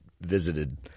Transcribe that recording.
visited